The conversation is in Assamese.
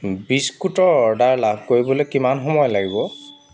বিস্কুটৰ অৰ্ডাৰ লাভ কৰিবলৈ কিমান সময় লাগিব